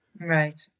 Right